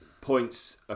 points